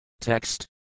Text